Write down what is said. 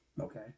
okay